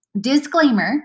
Disclaimer